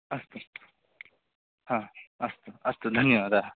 अस्तु हा अस्तु अस्तु धन्यवदाः